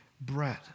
bread